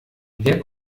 wer